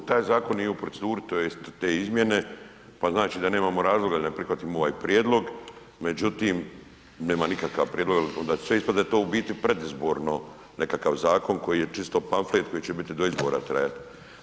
Taj zakon nije u proceduri tj. te izmjene pa znači da nemamo razloga da prihvatimo ovaj prijedlog, međutim nema nikakav prijedlog jer onda sve ispada da je u biti to predizborno nekakav zakon koji je čisto pamflet koji će biti do izbora trajati.